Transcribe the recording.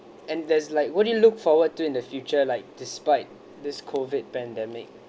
and there's like what do you look forward to in the future like despite this COVID pandemic